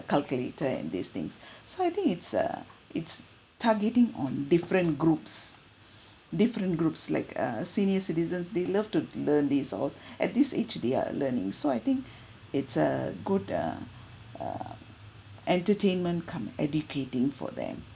calculator and these things so I think it's err it's targeting on different groups different groups like uh senior citizens they love to learn these all at this age they are learning so I think it's a good err err entertainment cum educating for them